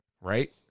right